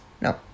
No